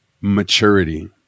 maturity